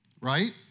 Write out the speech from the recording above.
right